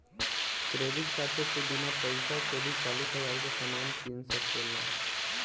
credit card से तू बिना पइसा के भी चालीस हज़ार के सामान किन सकेल